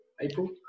April